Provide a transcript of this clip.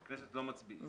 בכנסת לא מצביעים.